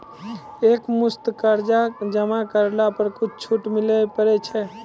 एक मुस्त कर्जा जमा करला पर कुछ छुट मिले पारे छै?